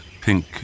pink